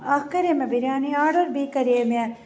اکھ کَرے مےٚ بِریانی آڈَر بیٚیہِ کرے مےٚ